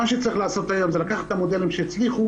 היום צריך לקחת את המודלים שהצליחו